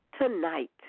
tonight